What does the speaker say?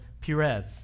Perez